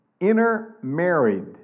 intermarried